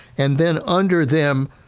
and then under them,